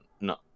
no